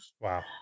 wow